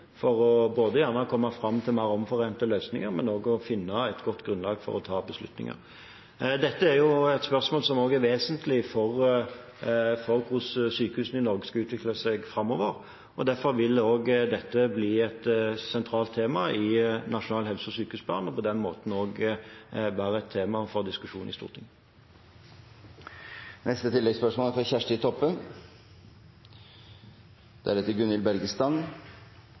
for å komme fram til mer omforente løsninger, men også for å finne et godt grunnlag for å ta beslutninger. Dette er et spørsmål som er vesentlig for hvordan sykehusene i Norge skal utvikle seg framover, og derfor vil også dette bli et sentralt tema i Nasjonal helse- og sykehusplan og på den måten også være et tema for diskusjon i Stortinget.